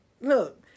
look